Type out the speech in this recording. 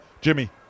Jimmy